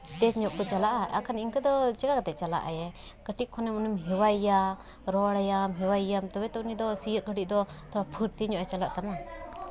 ᱛᱮᱹᱪ ᱧᱚᱜ ᱠᱚ ᱪᱟᱞᱟᱜᱼᱟ ᱟᱨᱠᱷᱟᱡ ᱤᱱᱠᱟᱹ ᱫᱚ ᱪᱤᱠᱟᱹ ᱠᱟᱛᱮ ᱪᱟᱞᱟᱜ ᱟᱭᱮ ᱠᱟᱹᱴᱤᱡ ᱠᱷᱚᱡ ᱩᱱᱤᱢ ᱦᱮᱣᱟᱭᱭᱟ ᱨᱚᱲ ᱟᱭᱟᱢ ᱦᱮᱣᱟᱭᱮᱭᱟᱢ ᱛᱚᱵᱮ ᱛᱚ ᱩᱱᱤ ᱫᱚ ᱥᱤᱭᱳᱜ ᱜᱷᱟᱹᱲᱤᱡ ᱫᱚ ᱛᱷᱚᱲᱟ ᱯᱷᱚᱨᱛᱤ ᱧᱚᱜ ᱮ ᱪᱟᱞᱟᱜ ᱛᱟᱢᱟ